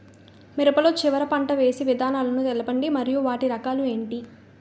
మిరప లో చివర పంట వేసి విధానాలను తెలపండి మరియు వాటి రకాలు ఏంటి